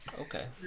Okay